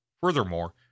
Furthermore